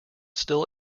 still